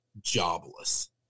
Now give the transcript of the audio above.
jobless